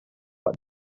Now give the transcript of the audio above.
but